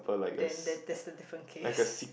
then that that's a different case